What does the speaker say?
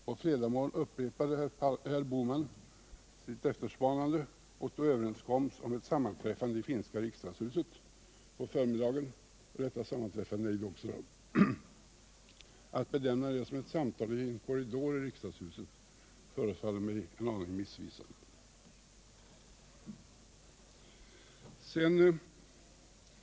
På fredagsmorgonen upprepade herr Bohman sitt efterspanande, och då överenskoms om ett sammanträffande i finska riksdagshuset på förmiddagen. Detta sammanträffande ägde också rum. Att benämna det som ett samtal i en korridor i riksdagshuset förefaller mig en aning missvisande.